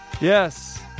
Yes